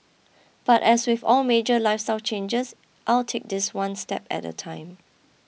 but as with all major lifestyle changes I'll take this one step at a time